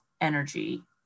energy